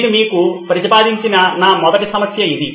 నేను మీకు ప్రతిపాదించిన నా మొదటి సమస్య ఇది